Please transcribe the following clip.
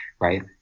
right